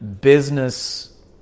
business